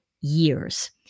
years